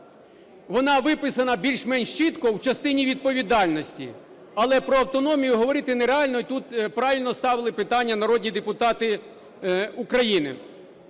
Вона виписана більш-менш чітко у частині відповідальності, але про автономію говорити нереально. І тут правильно ставили питання народні депутати України.